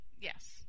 Yes